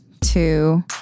two